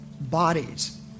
Bodies